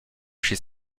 chez